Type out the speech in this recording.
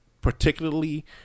particularly